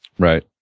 Right